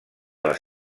les